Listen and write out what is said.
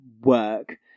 work